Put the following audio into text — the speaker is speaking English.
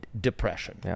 depression